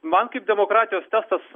man kaip demokratijos testas